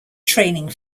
training